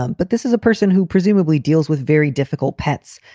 um but this is a person who presumably deals with very difficult pets